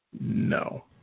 No